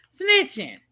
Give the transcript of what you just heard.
Snitching